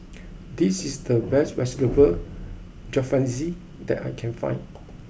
this is the best Vegetable Jalfrezi that I can find